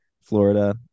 Florida